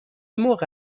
موقع